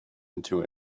into